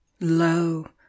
Lo